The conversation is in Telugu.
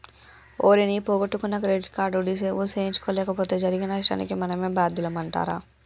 ఓరి నీ పొగొట్టుకున్న క్రెడిట్ కార్డు డిసేబుల్ సేయించలేపోతే జరిగే నష్టానికి మనమే బాద్యులమంటరా